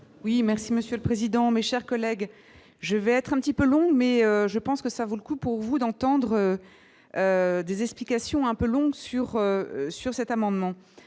Oui, merci Monsieur le président, mes chers collègues, je vais être un petit peu long mais je pense que ça vaut le coup pour vous d'entendre des explications un peu longue sur sur cet amendement,